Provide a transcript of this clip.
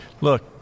look